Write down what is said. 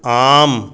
आम्